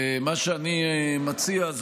מה שאני מציע הוא,